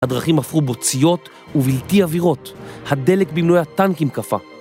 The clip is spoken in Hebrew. הדרכים הפכו בוציות ובלתי עבירות, הדלק במנועי הטנקים קפא.